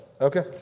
Okay